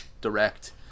direct